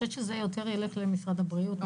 זה ילך יותר למשרד הבריאות.